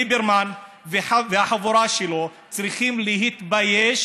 ליברמן והחבורה שלו צריכים להתבייש